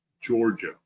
Georgia